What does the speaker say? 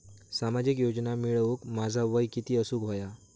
सामाजिक योजना मिळवूक माझा वय किती असूक व्हया?